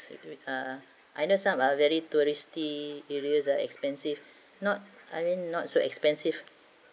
if with ah ah very touristy areas that's are expensive not I mean not so expensive